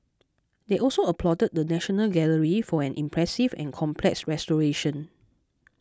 they also applauded the National Gallery for an impressive and complex restoration